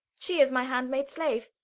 she is my handmaid's slave,